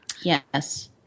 Yes